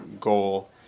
goal